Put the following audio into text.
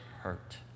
hurt